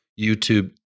YouTube